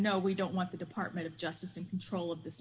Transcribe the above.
no we don't want the department of justice in control of th